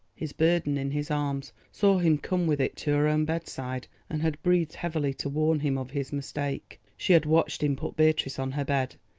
his burden in his arms saw him come with it to her own bedside, and had breathed heavily to warn him of his mistake. she had watched him put beatrice on her bed,